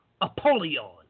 Apollyon